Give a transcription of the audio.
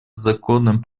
законным